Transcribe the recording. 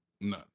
no